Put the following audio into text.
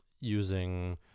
using